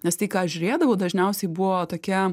nes tai ką aš žiūrėdavau dažniausiai buvo tokia